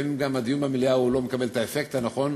ולפעמים גם הדיון במליאה לא מקבל את האפקט הנכון,